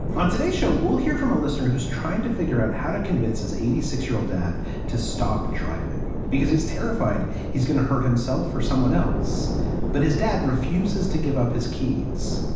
on today's show, we'll hear from a listener who's trying to figure out how to convince his eighty six year old dad to stop driving because he's terrified he's going to hurt himself or someone else but his dad refuses to give up his keys.